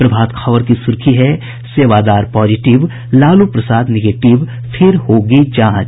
प्रभात खबर की सुर्खी है सेवादार पॉजिटिव लालू प्रसाद निगेटिव फिर होगी जांच